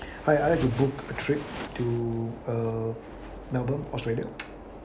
hi I'd like to book a trip to uh melbourne australia